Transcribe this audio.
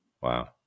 Wow